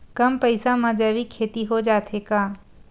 कम पईसा मा जैविक खेती हो जाथे का?